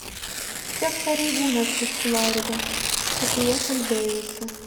čia pareigūnas iš floridos su kuriuo kalbėjausi